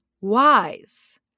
wise